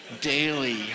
daily